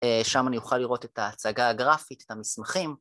שם אני אוכל לראות את ההצגה הגרפית, את המסמכים.